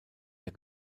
der